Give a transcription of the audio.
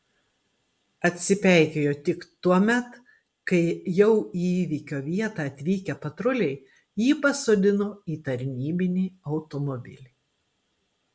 atsipeikėjo tik tuomet kai jau į įvykio vietą atvykę patruliai jį pasodino į tarnybinį automobilį